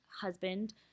husband